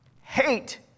Hate